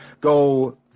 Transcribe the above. go